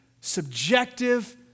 subjective